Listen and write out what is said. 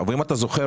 ואם אתה זוכר,